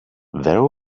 there